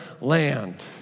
land